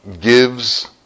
gives